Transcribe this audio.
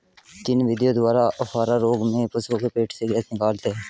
किन विधियों द्वारा अफारा रोग में पशुओं के पेट से गैस निकालते हैं?